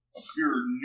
appeared